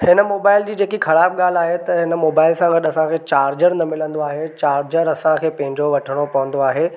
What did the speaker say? हिन मोबाइल जी जेकी ख़राबु ॻाल्हि आहे त हिन मोबाइल सां गॾु चार्जर न मिलंदो आहे चार्जर असांखे पंहिंजो वठिणो पवंदो आहे